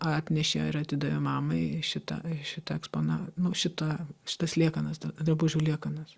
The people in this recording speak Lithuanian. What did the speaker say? atnešė ir atidavė mamai šitą šitą ekspona nu šitą šitas liekanas drabužių liekanas